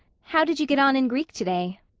how did you get on in greek today?